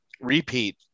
repeat